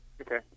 Okay